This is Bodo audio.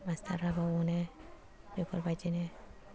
मास्टारआबो अनो बेफोरबादिनो